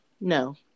No